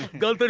girl?